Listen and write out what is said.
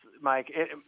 Mike